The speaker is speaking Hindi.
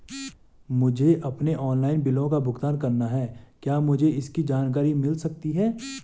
मुझे अपने ऑनलाइन बिलों का भुगतान करना है क्या मुझे इसकी जानकारी मिल सकती है?